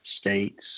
states